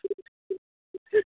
ٹھیک ہے ھیک تھی